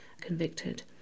convicted